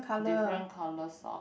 different colour sock